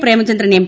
Premachandran M